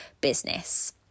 business